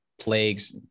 plagues